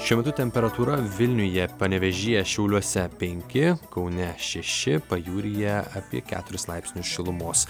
šiuo metu temperatūra vilniuje panevėžyje šiauliuose penki kaune šeši pajūryje apie keturis laipsnius šilumos